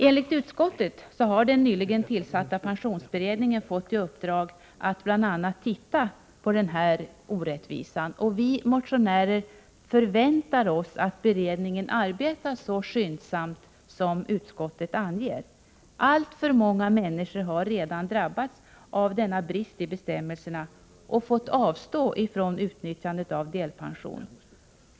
Enligt utskottet har den nyligen tillsatta pensionsberedningen fått i uppdrag att bl.a. studera denna orättvisa, och vi motionärer förväntar oss att beredningen arbetar så skyndsamt som utskottet anger. Alltför många människor har redan drabbats av denna brist i bestämmelserna och fått avstå från utnyttjandet av delpension.